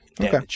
Okay